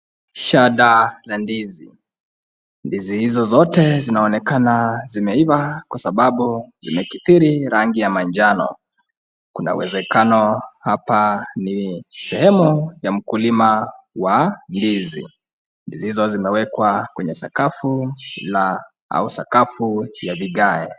Shada za ndizi. Ndizi hizo zote zinaonekana zimeiva kwa sababu zimekitiri rangi ya manjano. Kuna uwezakano hapa ni sehemu ya mkulima wa ndizi. Ndizi hizo zimewekwa kwenye sakafu la au sakafu juu ya vikae.